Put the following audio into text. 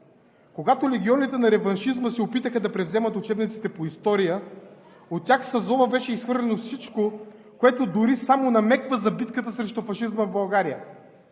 Когато легионите на реваншизма се опитаха да превземат учебниците по история, от тях със злоба беше изхвърлено всичко, което дори само намеква за битката срещу фашизма в България.